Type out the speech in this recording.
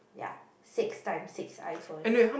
ya six times six iPhones